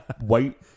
white